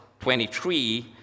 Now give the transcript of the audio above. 23